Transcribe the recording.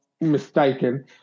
mistaken